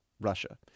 Russia